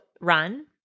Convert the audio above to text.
run